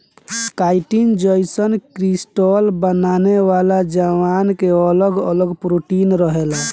chitin जईसन crystal बनावेला जवना के अगल अगल प्रोटीन रहेला